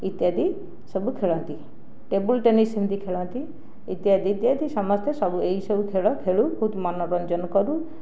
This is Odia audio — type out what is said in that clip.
ଇତ୍ୟାଦି ସବୁ ଖେଳନ୍ତି ଟେବଲ୍ ଟେନିସ୍ ଇମିତି ଖେଳନ୍ତି ଇତ୍ୟାଦି ଇତ୍ୟାଦି ସମସ୍ତେ ସବୁ ଏହିସବୁ ଖେଳ ଖେଳୁ ବହୁତ ମନୋରଞ୍ଜନ କରୁ